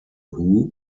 who